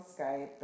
Skype